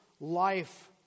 life